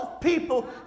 people